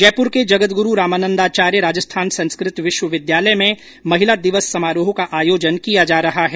जयपुर के जगद्गुरु रामानंदाचार्य राजस्थान संस्कृत विश्वविद्यालय में महिला दिवस समारोह का आयोजन किया जा रहा है